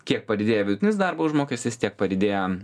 kiek padidėjo vidutinis darbo užmokestis tiek padidėjo